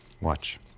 watch